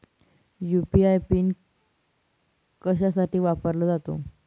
UPI pin कशासाठी वापरला जातो?